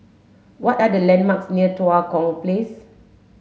what are the landmarks near Tua Kong Place